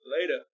Later